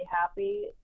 happy